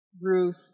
Ruth